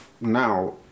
now